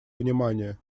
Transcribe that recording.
внимание